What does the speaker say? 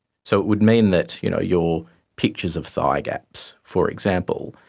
so it would mean that you know your pictures of thigh gaps, for example,